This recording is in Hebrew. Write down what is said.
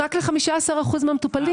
רק ל-15% מהמטופלים.